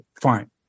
Fine